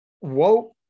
woke